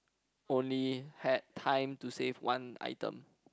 only had time to save one item